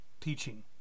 teaching